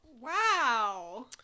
Wow